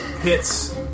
hits